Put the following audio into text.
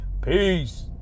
Peace